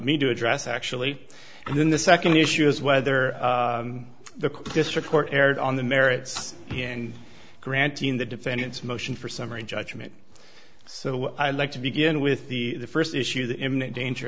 me to address actually and then the second issue is whether the district court erred on the merits and granting the defendant's motion for summary judgment so i'd like to begin with the first issue that imminent danger